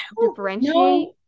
differentiate